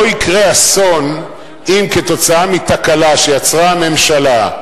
לא יקרה אסון אם כתוצאה מתקלה שיצרה הממשלה,